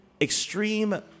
extreme